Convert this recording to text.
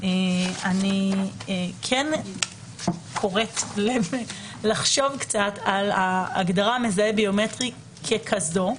אני כן קוראת לחשוב קצת על ההגדרה של מזהה ביומטרי ככזאת,